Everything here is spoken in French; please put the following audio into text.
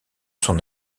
son